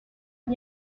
toi